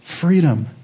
freedom